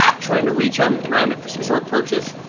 um trying to reach and around it for some sort of purchase.